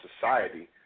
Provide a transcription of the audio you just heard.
society